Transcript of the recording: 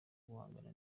guhangana